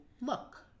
look